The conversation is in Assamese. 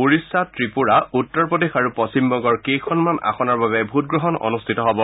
ওড়িষা ত্ৰিপুৰা উত্তৰ প্ৰদেশ আৰু পশ্চিমবংগৰ কেইখনমান আসনৰ বাবে ভোটগ্ৰহণ অনুষ্ঠিত হব